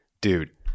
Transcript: dude